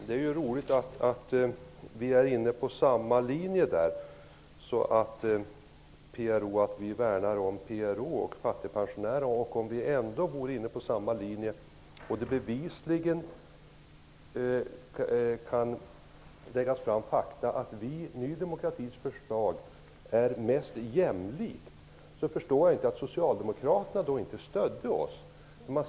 Herr talman! Det är ju roligt att vi är inne på samma linje och att vi värnar om PRO och fattigpensionärerna. När vi ändå är inne på samma linje och Ny demokratis förslag bevisligen är mest jämlikt, så förstår jag inte att Socialdemokraterna inte stödde oss.